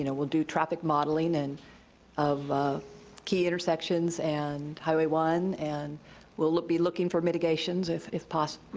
you know we'll do traffic modeling and of key intersections and highway one, and we'll be looking for mitigations if if possible,